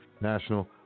National